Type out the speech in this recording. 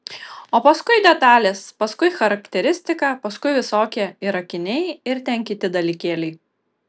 o paskui detalės paskui charakteristika paskui visokie ir akiniai ir ten kiti dalykėliai